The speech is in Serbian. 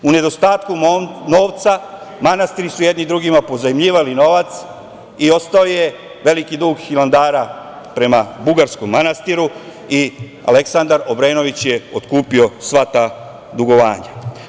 U nedostatku novca manastiri su jedni drugima pozajmljivali novac i ostao je veliki dug Hilandara prema Bugarskom manastiru i Aleksandar Obrenović je otkupio sva ta dugovanja.